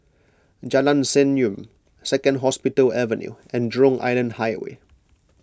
Jalan Senyum Second Hospital Avenue and Jurong Island Highway